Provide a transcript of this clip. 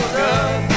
good